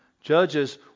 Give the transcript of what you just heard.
judges